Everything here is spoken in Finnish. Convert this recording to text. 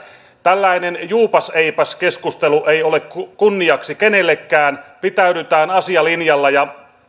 tällainen juupas eipäs keskustelu ei ole kunniaksi kenellekään pitäydytään asialinjalla ja